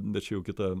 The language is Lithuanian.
bet čia jau kita